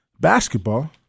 basketball